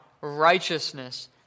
righteousness